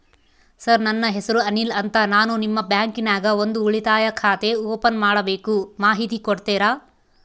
Sir ನನ್ನ ಹೆಸರು ಅನಿಲ್ ಅಂತ ನಾನು ನಿಮ್ಮ ಬ್ಯಾಂಕಿನ್ಯಾಗ ಒಂದು ಉಳಿತಾಯ ಖಾತೆ ಓಪನ್ ಮಾಡಬೇಕು ಮಾಹಿತಿ ಕೊಡ್ತೇರಾ?